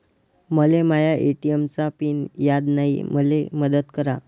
मले माया ए.टी.एम चा पिन याद नायी, मले मदत करा